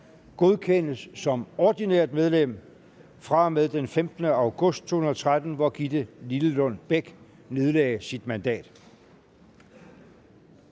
godkendes som ordinært medlem af Folketinget fra og med den 15. august 2013, hvor Gitte Lillelund Bech nedlagde sit mandat.